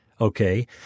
okay